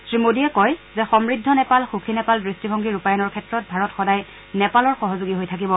শ্ৰীমোডীয়ে কয় যে সমৃদ্ধ নেপাল সুখী নেপাল দৃষ্টিভঙ্গী ৰূপায়ণৰ ক্ষেত্ৰত ভাৰত সদায় নেপালৰ সহযোগী হৈ থাকিব